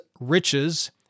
riches